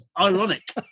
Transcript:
ironic